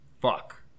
fuck